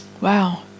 Wow